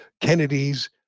Kennedys